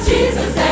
Jesus